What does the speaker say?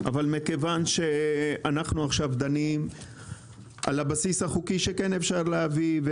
אבל מכיוון שאנחנו עכשיו דנים על הבסיס החוקי שכן אפשר להביא,